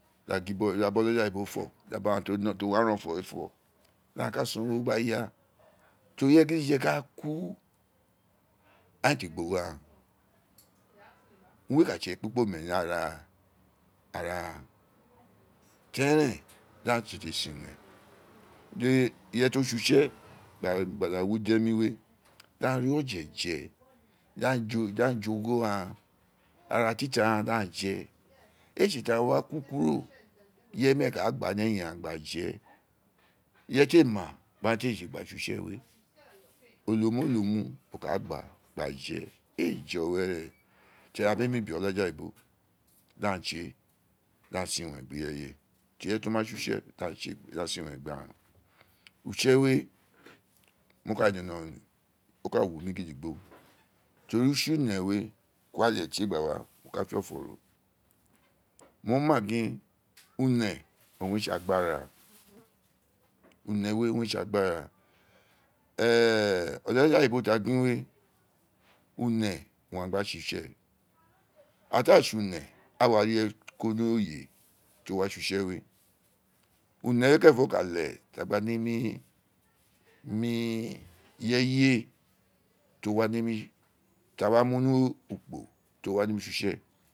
Di a gin gbe do bi okja oyibo fo bi aghaan to wi arun ofo we fo di a ka san ogho gba yaa tori ireye gidije ka kuu agha a ti aa gba ogho aghaan urun we ka tse ekpikpome ni ara aghaan tori eren di aa tete sin iwen di ireye ti otsi utse gba gba da wi udemi we di aa ri oje je di aa je ogho aghaan ara tita araran di aghaan je ee tsi ti a wa ku kuro ireye omiren ka gba ni eyin aghaan gba je ireye ti a ma bi aghaan te tse utse we olelole o muu o ka gba gba je ee jo were aghaan bemi bi okaja oyibo di aghaan di aghan tse di aghaan sin iwen gbi ireyo tori ireye to ma tse utse a la ti ka sin iwen gbi aghaan utse we okan ni no o ka wumi gidigbo to ri utse une wee ku ale tie gba wa mo ka fe o̦fo̦ ro mo ma gin une owun re tse agbara une we we owun re tse agbara ee olaja oyibo ti a gin we une owun a gba tse utse we ighaa ti a tse une a wa ri ireye ko ni oye we ti owa tse utse we une we kerenfo ka leghe aghaan gba nemi mu heye ti o o ova nemi mu ni ukpo ti o wa nemi tse utse we.